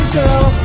girl